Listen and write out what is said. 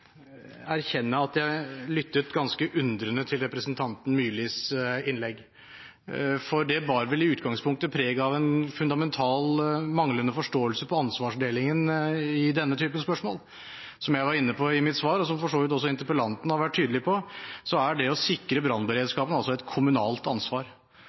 Jeg må også erkjenne at jeg lyttet ganske undrende til representanten Myrlis innlegg. Det bar vel i utgangspunktet preg av en fundamentalt manglende forståelse for ansvarsdelingen i denne typen spørsmål. Som jeg var inne på i mitt svar – og som for så vidt også interpellanten har vært tydelig på – er det å sikre brannberedskapen et kommunalt ansvar.